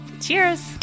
Cheers